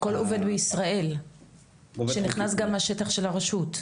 כל עובד בישראל שנכנס גם לשטח של הרשות?